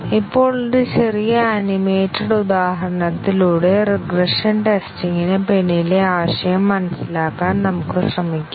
ഇപ്പോൾ ഒരു ചെറിയ ആനിമേറ്റഡ് ഉദാഹരണത്തിലൂടെ റിഗ്രഷൻ ടെസ്റ്റിംഗിന് പിന്നിലെ ആശയം മനസ്സിലാക്കാൻ നമുക്ക് ശ്രമിക്കാം